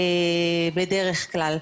בדרך כלל.